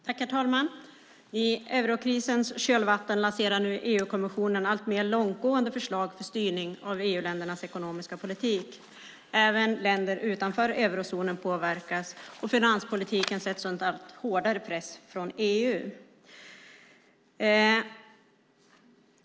Herr talman! I eurokrisens kölvatten lanserar nu EU-kommissionen allt mer långtgående förslag för styrning av EU-ländernas ekonomiska politik. Även länder utanför eurozonen påverkas, och finanspolitiken sätts under allt hårdare press från EU.